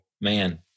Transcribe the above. man